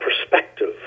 perspective